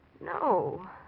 No